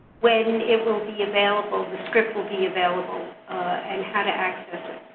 when it will be available the script will be available and how to access it.